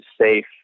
safe